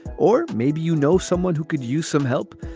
or maybe you know someone who could use some help.